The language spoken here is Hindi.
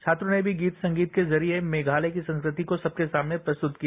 छात्रों ने भी गीत संगीत के जरिए मेघातय की संख्यति को सबके सामने प्रस्तुत किया